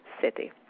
city